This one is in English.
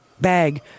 bag